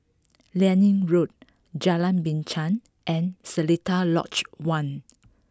Liane Road Jalan Binchang and Seletar Lodge One